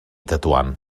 tetuan